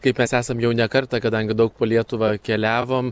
kaip mes esam jau ne kartą kadangi daug po lietuvą keliavom